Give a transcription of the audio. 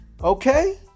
Okay